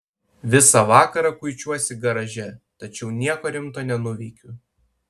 visą vakarą kuičiuosi garaže tačiau nieko rimto nenuveikiu